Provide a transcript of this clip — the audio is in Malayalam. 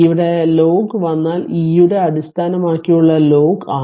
ഇവിടെ ln എന്നാൽ e യുടെ അടിസ്ഥാനമാക്കിയുള്ള ലോഗ് എന്നാണ്